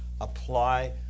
apply